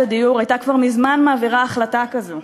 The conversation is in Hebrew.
הדיור הייתה כבר מזמן מעבירה החלטה כזאת.